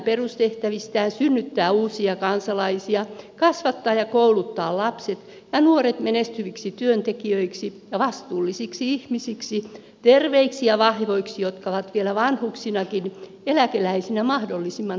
synnyttää uusia kansalaisia kasvattaa ja kouluttaa lapset ja nuoret menestyviksi työntekijöiksi ja vastuullisiksi ihmisiksi terveiksi ja vahvoiksi jotka ovat vielä vanhuksinakin eläkeläisinä mahdollisimman omatoimisia